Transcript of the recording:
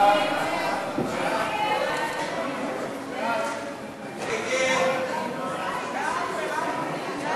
אני חושב שיש פה בלבול בהגדרת התפקיד של אותו מורה רוחני שאמור